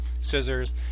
scissors